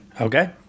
Okay